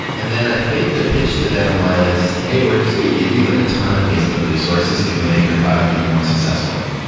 and then i think the pitch to them was, hey, we're just going to give you like a ton of facebook resources to go make your product even more successful.